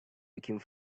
looking